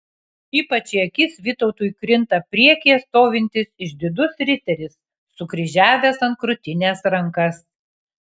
ypač į akis vytautui krinta priekyje stovintis išdidus riteris sukryžiavęs ant krūtinės rankas